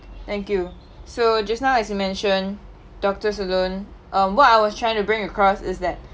thank you so just now as you mention doctors alone um what I was trying to bring across is that